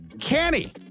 Kenny